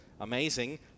amazing